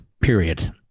period